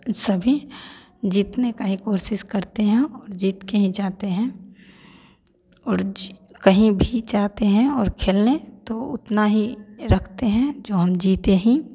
सभी जीतने का ही कोशिश करते हैं जीत के ही जाते हैं और कहीं भी जाते हैं और खेलने तो उतना ही रखते हैं जो हम जीते ही